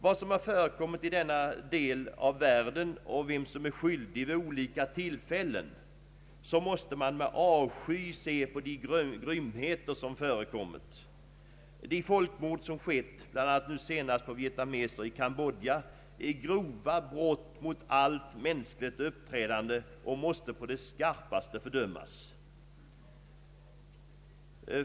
Vad som än har förekommit i denna del av världen och vem som än är skyldig vid olika tillfällen, så måste man med avsky se på de grymheter som förekommit. De folkmord som skett bl.a. nu senast mot vietnameser i Cambodja är grova brott mot allt mänskligt uppträdande och måste på det skarpaste fördömas.